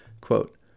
Quote